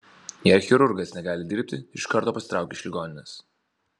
jei chirurgas negali dirbti iš karto pasitraukia iš ligoninės